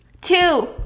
Two